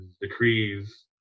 decrees